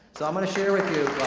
so i'm gonna share with you